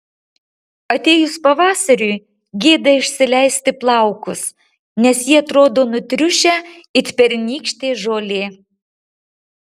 atėjus pavasariui gėda išsileisti plaukus nes jie atrodo nutriušę it pernykštė žolė